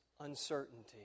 uncertainty